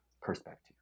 perspective